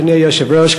אדוני היושב-ראש,